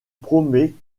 promet